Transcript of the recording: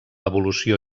evolució